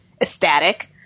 ecstatic